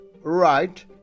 right